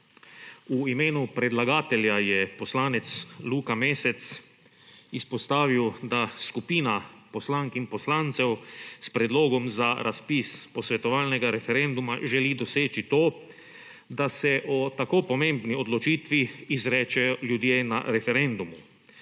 V imenu predlagatelja je poslanec Luka Mesec izpostavil, da skupina poslank in poslancev s predlogom za razpis posvetovalnega referenduma želi doseči to, da se o tako pomembni odločitvi izrečejo ljudje na referendumu.